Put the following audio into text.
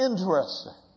Interesting